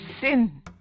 sin